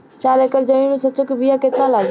चार एकड़ जमीन में सरसों के बीया कितना लागी?